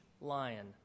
lion